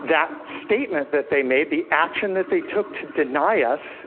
that statement that they made the action that they took to deny us